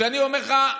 אני אומר לך,